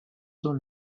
sont